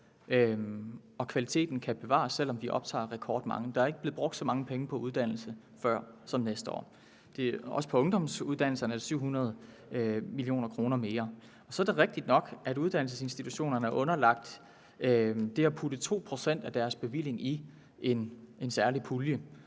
og kvaliteten kan bevares. Selv om vi optager rekordmange, er der ikke før blevet brugt så mange penge på uddannelse, som der bliver brugt næste år. Der er også til ungdomsuddannelserne 700 mio. kr. mere. Så er det rigtig nok, at uddannelsesinstitutionerne er underlagt det at putte 2 pct. af deres bevilling i en særlig pulje.